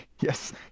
Yes